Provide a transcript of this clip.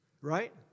right